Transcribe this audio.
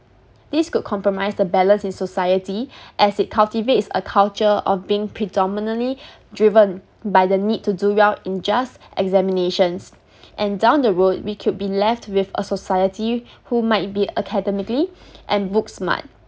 this could compromise the balance in society as it cultivates a culture of being predominantly driven by the need to do well in just examinations and down the road we could be left with a society who might be academically and book smart